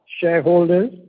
shareholders